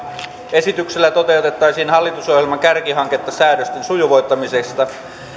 esityksellä toteutettaisiin hallitusohjelman kärkihanketta säädösten sujuvoittamisesta